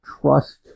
trust